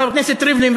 חבר הכנסת ריבלין,